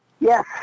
Yes